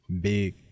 Big